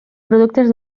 productes